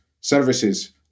services